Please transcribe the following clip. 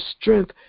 strength